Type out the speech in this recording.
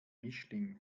mischling